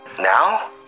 Now